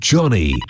Johnny